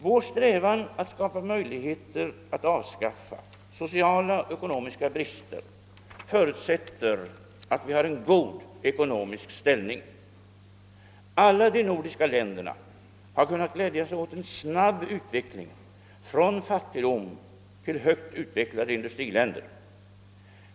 Vår strävan att skapa möjligheter att avskaffa sociala och ekonomiska brister förutsätter att vi har en god ekonomisk ställning. Alla de nordiska länderna har kunnat glädja sig åt en snabb utveckling från fattigdom till högt utvecklade industriländer.